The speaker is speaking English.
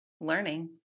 learning